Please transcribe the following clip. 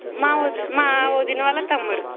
మా వదిన మా వదిన వాళ్ళ తమ్ముడు